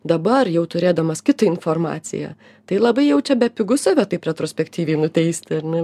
dabar jau turėdamas kitą informaciją tai labai jau čia bepigu save taip retrospektyviai nuteisti ar ne